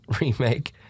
remake